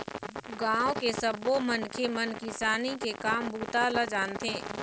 गाँव के सब्बो मनखे मन किसानी के काम बूता ल जानथे